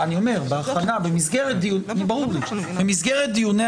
אני אומר: בהכנה, במסגרת דיון, זה ברור לי.